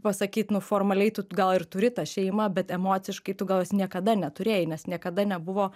pasakyt nu formaliai tu gal ir turi tą šeimą bet emociškai tu gal jos niekada neturėjai nes niekada nebuvo